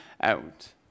out